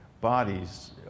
bodies